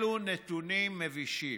אלה נתונים מבישים.